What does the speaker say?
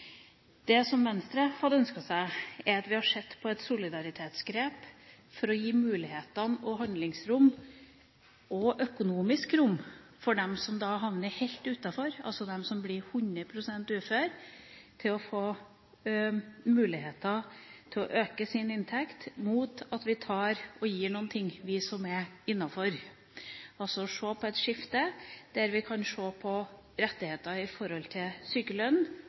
Det som Venstre hadde ønsket seg, var at vi hadde sett på et solidaritetsgrep for å gi muligheter, handlingsrom og økonomisk rom til dem som havner helt utenfor, altså at de som blir 100 pst. uføre, får mulighet til å øke sin inntekt mot at vi som er innenfor, tar og gir noe, altså se på et skifte, se på